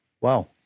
Wow